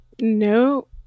no